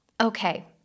Okay